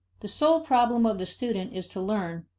the sole problem of the student is to learn,